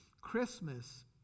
Christmas